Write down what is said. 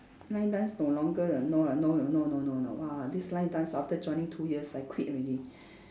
line dance no longer ah no ah no no no no no !wah! this line dance after joining two years I quit already